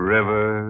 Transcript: River